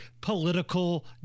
political